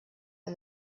and